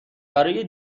برای